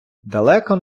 далеко